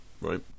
right